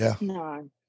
no